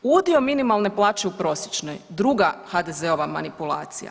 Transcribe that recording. Udio minimalne plaće u prosječnoj, druga HDZ-ova manipulacija.